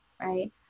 right